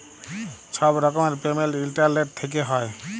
ছব রকমের payment internet থ্যাইকে হ্যয়